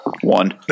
One